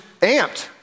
amped